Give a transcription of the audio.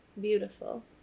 beautiful